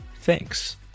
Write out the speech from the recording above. Thanks